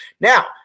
Now